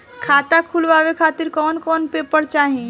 खाता खुलवाए खातिर कौन कौन पेपर चाहीं?